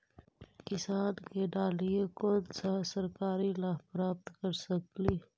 किसान के डालीय कोन सा सरकरी लाभ प्राप्त कर सकली?